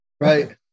Right